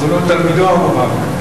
אבל לא "תלמידו המובהק".